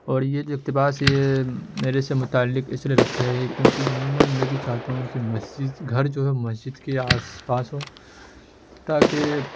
اور یہ جو اقتباس یہ میرے سے متعلق اس لیے لگتا ہے کیوںکہ عموماً میں بھی چاہتا ہوں کہ مسجد گھر جو ہے مسجد کے آس پاس ہو تاکہ